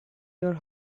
your